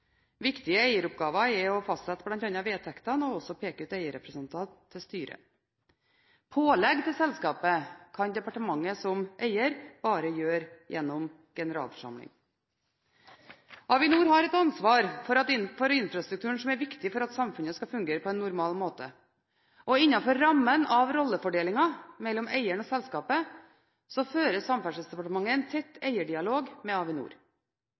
Viktige eieroppgaver er bl.a. å fastsette vedtektene og peke ut eierrepresentanter til styret. Pålegg til selskapet kan departementet som eier bare gjøre gjennom generalforsamling. Avinor har et ansvar for infrastruktur som er viktig for at samfunnet skal fungere på en normal måte. Innenfor rammene av rolledelingen mellom eieren og selskapet fører Samferdselsdepartementet en tett eierdialog med Avinor.